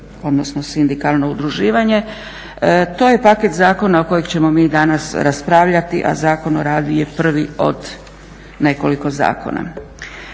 odnosno sindikalno udruživanje. To je paket zakona kojeg ćemo mi danas raspravljati, a Zakon o radu je prvi od nekoliko zakona.